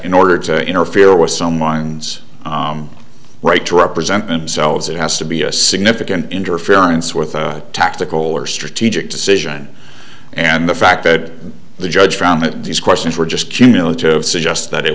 in order to interfere with someone's right to represent themselves it has to be a significant interference with a tactical or strategic decision and the fact that the judge found that these questions were just cumulative suggests that it